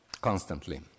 constantly